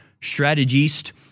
strategist